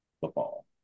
football